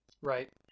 Right